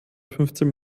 fünfzehn